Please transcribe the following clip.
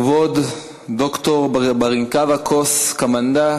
כבוד ד"ר בטרינגאיה קוס קמנדה.